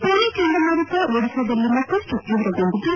ಫೋನಿ ಚಂಡಮಾರುತ ಒಡಿಶಾದಲ್ಲಿ ಮತ್ತಮ್ನ ತೀವ್ರಗೊಂಡಿದ್ದು